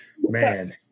Man